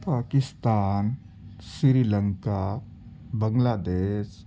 پاکستان سری لنکا بنگلہ دیش